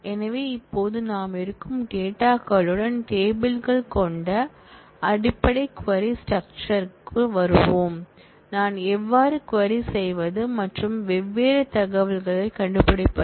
எனவே இப்போது நாம் இருக்கும் டேட்டா களுடன் டேபிள் கள் கொண்ட அடிப்படை க்வரி ஸ்ட்ரக்ச்சர் ற்குள் வருவோம் நான் எவ்வாறு க்வரி செய்வது மற்றும் வெவ்வேறு தகவல்களைக் கண்டுபிடிப்பது